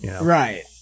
Right